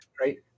right